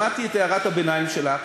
שמעתי את הערת הביניים שלך,